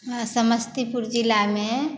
समस्तीपुर जिलामे